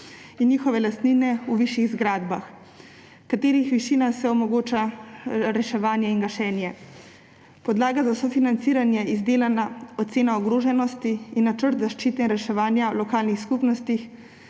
in njihove lastnine v višjih zgradbah, katerih višina še omogoča reševanje in gašenje. Podlaga za sofinanciranje je izdelana ocena ogroženosti in načrt zaščite in reševanja v lokalnih skupnostih.